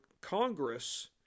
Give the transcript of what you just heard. Congress